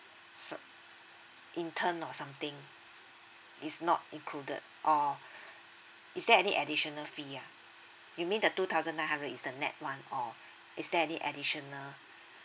some intern or something is not included or is there any additional fee ya you mean the two thousand nine hundred is the net one or is there any additional